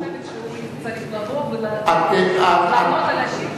אני בכל זאת חושבת שהוא צריך לבוא ולענות על השאילתא שלי.